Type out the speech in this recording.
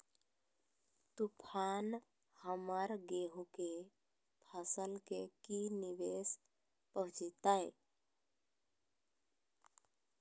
तूफान हमर गेंहू के फसल के की निवेस पहुचैताय?